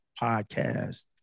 Podcast